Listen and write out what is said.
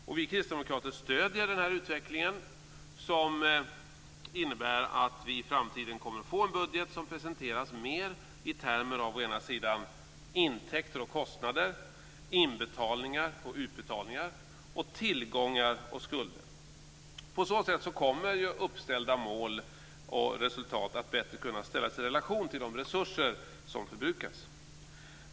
Och vi kristdemokrater stöder denna utveckling som innebär att vi i framtiden kommer att få en budget som presenteras mer i termer av intäkter och kostnader, inbetalningar och utbetalningar och tillgångar och skulder. På så sätt kommer ju uppställda mål och resultat att bättre kunna ställas i relation till de resurser som förbrukas.